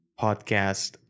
podcast